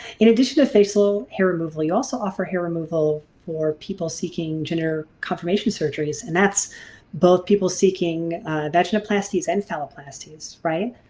in addition to a facial hair removal you also offer hair removal for people seeking gender confirmation surgeries and that's both people seeking vaginoplasties and phalloplasties right?